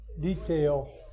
detail